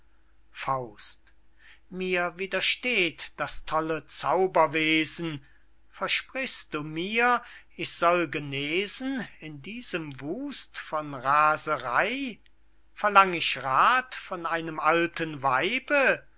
faust mephistopheles mir widersteht das tolle zauberwesen versprichst du mir ich soll genesen in diesem wust von raserey verlang ich rath von einem alten weibe